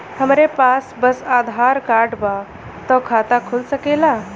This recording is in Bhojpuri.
हमरे पास बस आधार कार्ड बा त खाता खुल सकेला?